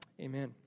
Amen